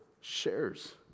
shares